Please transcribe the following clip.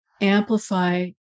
amplify